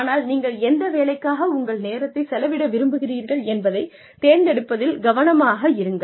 ஆனால் நீங்கள் எந்த வேலைக்காக உங்கள் நேரத்தை செலவிட விரும்புகிறீர்கள் என்பதைத் தேர்ந்தெடுப்பதில் கவனமாக இருங்கள்